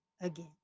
again